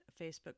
Facebook